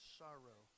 sorrow